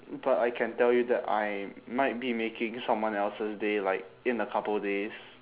but I can tell you that I might be making someone else's day like in a couple days